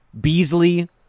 Beasley